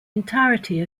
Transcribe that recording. entirety